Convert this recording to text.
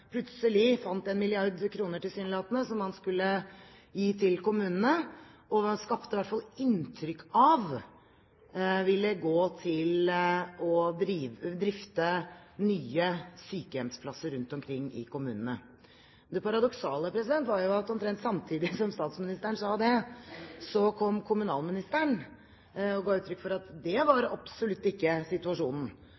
plutselig fant en milliard kroner, tilsynelatende, som han skulle gi til kommunene, og som han skapte i hvert fall inntrykk av ville gå til å drifte nye sykehjemsplasser rundt omkring i kommunene. Det paradoksale er jo at omtrent samtidig som statsministeren sa det, så kom kommunalministeren og ga uttrykk for at det var